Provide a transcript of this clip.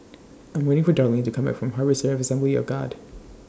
I'm waiting For Darlyne to Come Back from Harvester Assembly of God